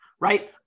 right